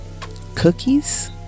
Cookies